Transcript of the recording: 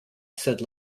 said